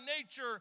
nature